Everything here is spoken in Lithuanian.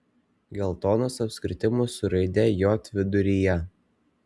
geltonus apskritimus su raide j viduryje